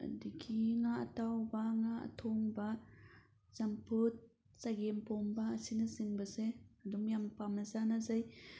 ꯑꯗꯒꯤ ꯉꯥ ꯑꯇꯥꯎꯕ ꯉꯥ ꯑꯊꯣꯡꯕ ꯆꯝꯐꯨꯠ ꯆꯒꯦꯝ ꯄꯣꯝꯕ ꯑꯁꯤꯅ ꯆꯤꯡꯕꯁꯦ ꯑꯗꯨꯝ ꯌꯥꯝ ꯄꯥꯝꯅ ꯆꯥꯟꯅꯖꯩ